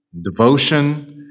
devotion